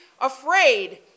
afraid